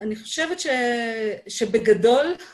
אני חושבת שבגדול...